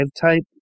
type